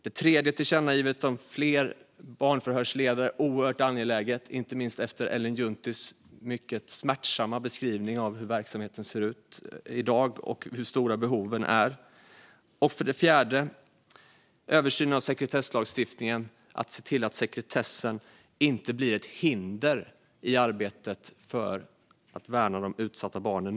Det tredje tillkännagivandet handlar om fler barnförhörsledare - något som känns oerhört angeläget, inte minst efter Ellen Junttis mycket smärtsamma beskrivning av hur verksamheten ser ut och hur stora behoven är. Riksrevisionens rapport om polisens och åklagarnas arbete mot internetrelaterade sexuella övergrepp mot barn Det fjärde tillkännagivandet gäller en översyn av sekretesslagstiftningen. Det handlar om att se till att sekretessen inte blir ett hinder i arbetet med att värna de utsatta barnen.